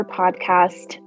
podcast